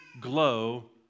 glow